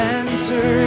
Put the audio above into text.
answer